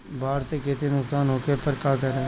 बाढ़ से खेती नुकसान होखे पर का करे?